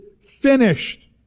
finished